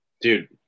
Dude